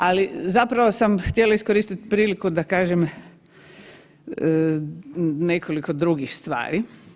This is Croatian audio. Ali zapravo sam htjela iskoristiti priliku da kažem nekoliko drugih stvari.